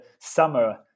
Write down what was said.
summer